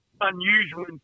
unusual